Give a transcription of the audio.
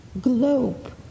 globe